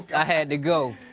i had to go.